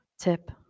tip